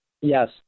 Yes